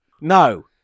No